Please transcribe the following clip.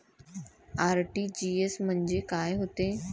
RTGS म्हंजे काय होते?